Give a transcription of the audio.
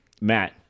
Matt